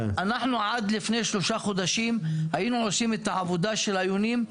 אנחנו עד לפני שלושה חודשים היינו עושים את העבודה של היונים.